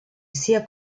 sia